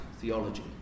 theology